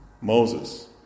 Moses